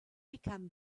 become